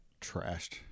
trashed